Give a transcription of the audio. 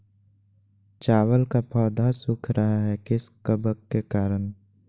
चावल का पौधा सुख रहा है किस कबक के करण?